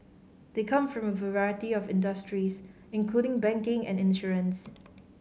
they come from a variety of industries including banking and insurance